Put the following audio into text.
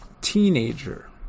teenager